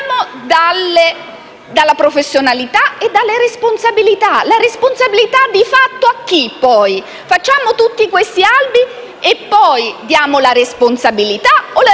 partiamo dalla professionalità e dalle responsabilità. La responsabilità, di fatto, a chi va poi? Facciamo tutti questi albi e diamo la responsabilità o la responsabilità